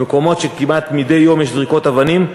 במקומות שכמעט מדי יום יש זריקות אבנים.